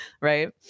right